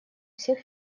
всех